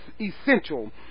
essential